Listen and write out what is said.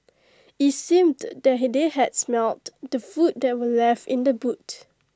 IT seemed that they had smelt the food that were left in the boot